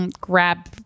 grab